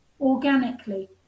organically